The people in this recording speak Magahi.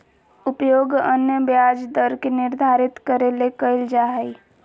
उपयोग अन्य ब्याज दर के निर्धारित करे ले कइल जा हइ